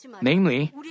Namely